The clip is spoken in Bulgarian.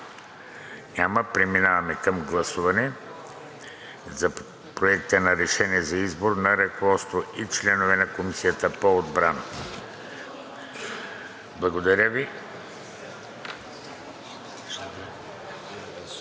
Няма. Преминаваме към гласуване на Проекта на решение за избор на ръководство и членове на Комисията по отбрана. ПРЕДСЕДАТЕЛ